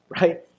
right